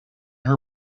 her